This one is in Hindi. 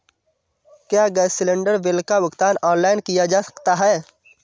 क्या गैस सिलेंडर बिल का भुगतान ऑनलाइन किया जा सकता है?